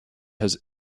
has